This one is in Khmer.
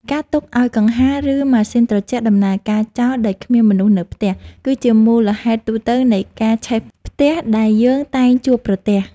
ការទុកឱ្យកង្ហារ ឬម៉ាស៊ីនត្រជាក់ដំណើរការចោលដោយគ្មានមនុស្សនៅផ្ទះ គឺជាមូលហេតុទូទៅនៃការឆេះផ្ទះដែលយើងតែងជួបប្រទះ។